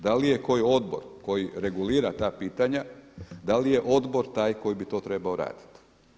Da li je koji odbor koji regulira ta pitanja da li je odbor taj koji bi to trebao raditi?